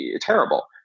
terrible